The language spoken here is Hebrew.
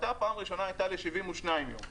ההשבתה פעם ראשונה הייתה ל-72 יום.